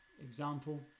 example